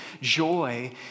joy